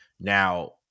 Now